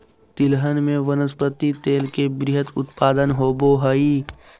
तिलहन में वनस्पति तेल के वृहत उत्पादन होबो हइ